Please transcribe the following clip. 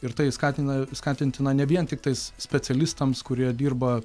ir tai skatina skatintina ne vien tiktais specialistams kurie dirba